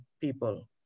people